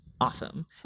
awesome